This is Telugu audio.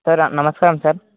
సార్ నమస్కారం సార్